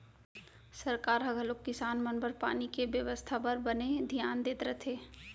सरकार ह घलौक किसान मन बर पानी के बेवस्था बर बने धियान देत रथे